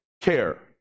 care